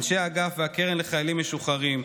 לאנשי האגף והקרן לחיילים משוחררים,